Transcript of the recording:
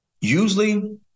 usually